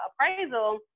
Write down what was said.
appraisal